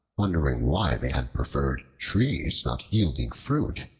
wondering why they had preferred trees not yielding fruit,